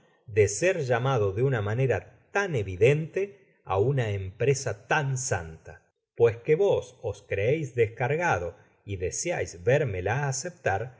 de ser llamado de una manera tan content from google book search generated at evidente á un empresa tan santa pues que vos os creeis descargado y deseais vérmela aceptar